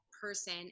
person